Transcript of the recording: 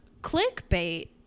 clickbait